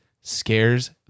scares